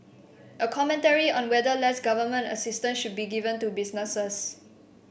a commentary on the whether less government assistance should be given to businesses